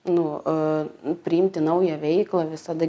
nu priimti naują veiklą visada